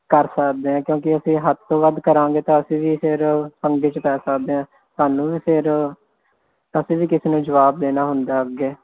ਕਰ ਸਕਦੇ ਹਾਂ ਕਿਉਂਕਿ ਅਸੀਂ ਹੱਦ ਤੋਂ ਵੱਧ ਕਰਾਂਗੇ ਤਾਂ ਅਸੀਂ ਵੀ ਫਿਰ ਪੰਗੇ 'ਚ ਪੈ ਸਕਦੇ ਹਾਂ ਸਾਨੂੰ ਵੀ ਫਿਰ ਅਸੀਂ ਵੀ ਕਿਸੇ ਨੂੰ ਜਵਾਬ ਦੇਣਾ ਹੁੰਦਾ ਅੱਗੇ